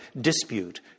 dispute